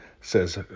says